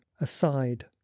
aside